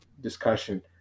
discussion